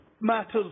matters